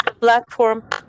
platform